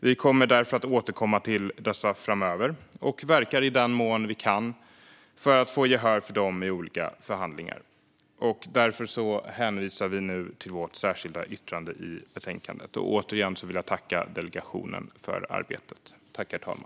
Vi kommer därför att återkomma till dessa framöver, och vi verkar i den mån vi kan för att få gehör för dem i olika förhandlingar. Jag hänvisar nu till vårt särskilda yttrande i betänkandet. Och jag vill återigen tacka delegationen för detta arbete.